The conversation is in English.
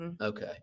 Okay